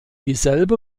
dieselbe